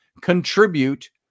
contribute